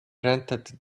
rented